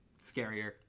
scarier